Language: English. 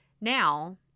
Now